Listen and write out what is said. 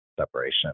separation